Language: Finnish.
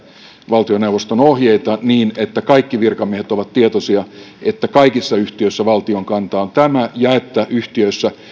valtioneuvoston ohjeita niin että kaikki virkamiehet ovat tietoisia että kaikissa yhtiöissä valtion kanta on tämä ja että yhtiöissä joissa